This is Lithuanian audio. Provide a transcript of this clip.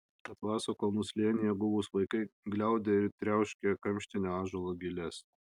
atlaso kalnų slėnyje guvūs vaikai gliaudė ir triauškė kamštinio ąžuolo giles